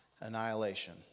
Annihilation